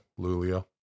Lulio